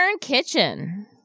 Kitchen